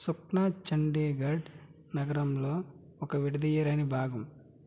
సుఖ్నా చండీగఢ్ నగరంలో ఒక విడదీయరాని భాగం